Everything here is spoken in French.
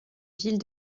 ville